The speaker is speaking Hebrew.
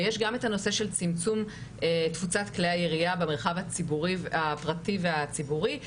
ויש גם את הנושא של צמצום תפוצת כלי הירייה במרחב הפרטי והציבורי.